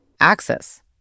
access